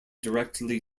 directly